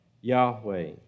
Yahweh